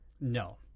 No